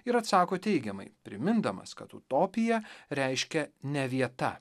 ir atsako teigiamai primindamas kad utopija reiškia ne vieta